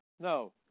no